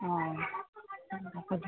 অঁ